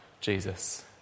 Jesus